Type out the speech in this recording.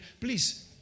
please